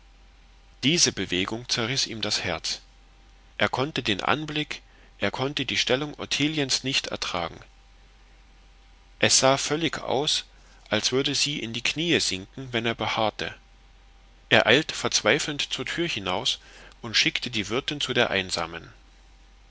diese bewegung zerriß ihm das herz er konnte den anblick er konnte die stellung ottiliens nicht ertragen es sah völlig aus als würde sie in die kniee sinken wenn er beharrte er eilte verzweifelnd zur tür hinaus und schickte die wirtin zu der einsamen